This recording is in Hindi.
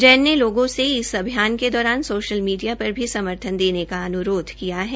जैन ने लोगों से इस अभियान के दौरान सोशल मीडिया पर भी समर्थन देने का अन्रोध किया है